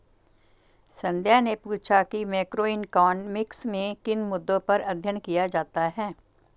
संध्या ने पूछा कि मैक्रोइकॉनॉमिक्स में किन मुद्दों पर अध्ययन किया जाता है